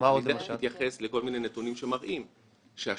נתונים שאם היה מספיק זמן,